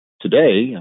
today